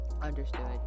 understood